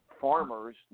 farmers